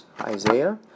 Isaiah